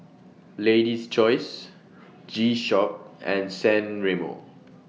Lady's Choice G Shock and San Remo